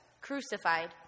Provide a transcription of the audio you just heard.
crucified